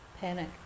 panic